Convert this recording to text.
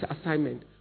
assignment